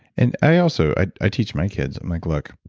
and i also, i i teach my kids. i'm like, look,